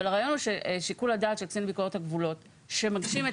אבל הרעיון הוא ששיקול הדעת של קצין ביקורת הגבולות שמגשים את